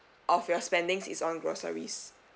of your spendings is on groceries